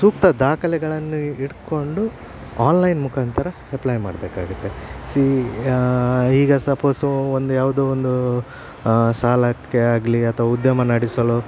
ಸೂಕ್ತ ದಾಖಲೆಗಳನ್ನು ಇಟ್ಕೊಂಡು ಆನ್ಲೈನ್ ಮುಖಾಂತರ ಎಪ್ಲೈ ಮಾಡಬೇಕಾಗುತ್ತೆ ಸೀ ಈಗ ಸಪೋಸು ಒಂದು ಯಾವುದೋ ಒಂದು ಸಾಲಕ್ಕೆ ಆಗಲಿ ಅಥವಾ ಉದ್ಯಮ ನಡೆಸಲು